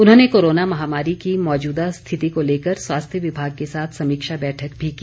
उन्होंने कोरोना महामारी की मौजूदा स्थिति को लेकर स्वास्थ्य विभाग के साथ समीक्षा बैठक भी की